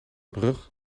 brug